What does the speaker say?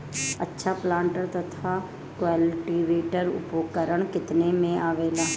अच्छा प्लांटर तथा क्लटीवेटर उपकरण केतना में आवेला?